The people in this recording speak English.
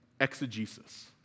exegesis